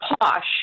Posh